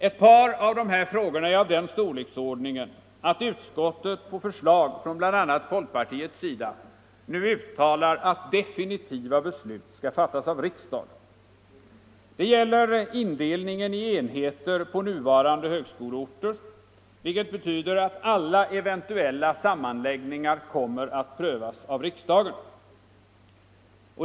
Ett par av dessa frågor är av den storleksordningen att utskottet på förslag från bl.a. folkpartiet nu uttalar att definitiva beslut skall fattas av riksdagen. Det gäller indelningen i enheter på nuvarande högskoleorter, vilket betyder att alla eventuella sammanläggningar kommer att prövas av riksdagen.